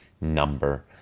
number